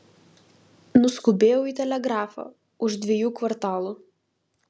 nuskubėjau į telegrafą už dviejų kvartalų